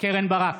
קרן ברק,